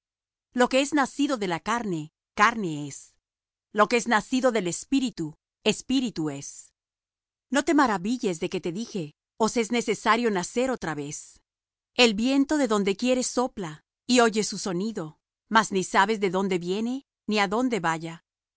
lo que es nacido de la carne carne es y lo que es nacido del espíritu espíritu es no te maravilles de que te dije os es necesario nacer otra vez el viento de donde quiere sopla y oyes su sonido mas ni sabes de dónde viene ni á dónde vaya